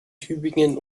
tübingen